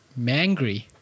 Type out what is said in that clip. Mangry